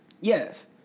Yes